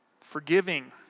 forgiving